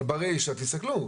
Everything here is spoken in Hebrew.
אבל תסתכל ברישא.